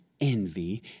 envy